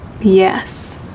yes